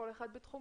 כל אחד בתחומו,